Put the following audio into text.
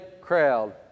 crowd